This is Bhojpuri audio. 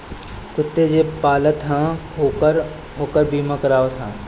कुत्ता जे पालत हवे उहो ओकर बीमा करावत हवे